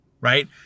Right